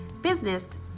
business